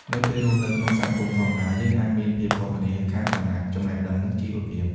នៅពេលរស់នៅក្នុងសហគមន៍ធម្មតា យើងអាចមានភាពខុសគ្នាខាងឋានៈ ចំណេះដឹង និងជីវភាព។